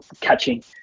catching